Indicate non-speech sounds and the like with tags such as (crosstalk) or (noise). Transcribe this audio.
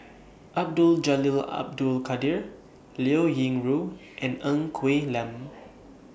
Abdul Jalil Abdul Kadir Liao Yingru and Ng Quee Lam (noise)